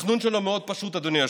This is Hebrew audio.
התכנון שלו מאוד פשוט, אדוני היושב-ראש: